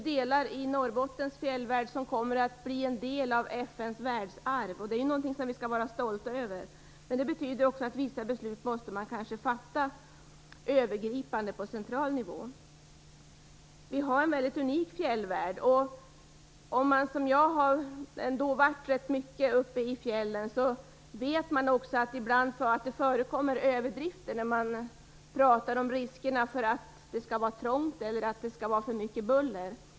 Delar av Norrbottens fjällvärld kommer att bli en del av FN:s världsarv. Det är naturligtvis någonting som vi skall vara stolta över, men det betyder också att vissa beslut kanske måste fattas övergripande, på central nivå. Vi har en väldigt unik fjällvärld. Om man som jag har varit rätt mycket uppe i fjällen vet man också att det förekommer överdrifter när man pratar om risken att det skall vara för trångt eller för mycket buller.